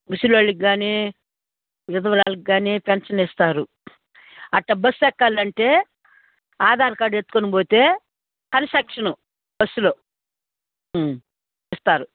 ముసలి వాళ్ళకు కానీ విధవవరాలికి కానీ పెన్షన్ ఇస్తారు అట్టా బస్ ఎక్కాలంటే ఆధార్ కార్డ్ ఎత్తుకొనిపోతే కన్సెషన్ బస్సులో ఇస్తారు